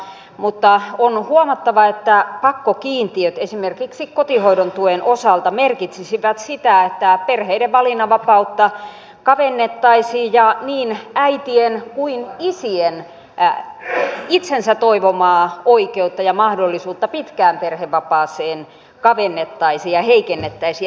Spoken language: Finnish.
mutta on huomattava että pakkokiintiöt esimerkiksi kotihoidon tuen osalta merkitsisivät sitä että perheiden valinnanvapautta kavennettaisiin ja niin äitien kuin isienkin itsensä toivomaa oikeutta ja mahdollisuutta pitkään perhevapaaseen kavennettaisiin ja heikennettäisiin